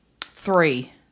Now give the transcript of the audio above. Three